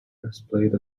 breastplate